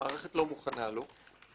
המערכת לא מוכנה לו,